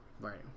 Right